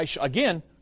again